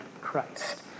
Christ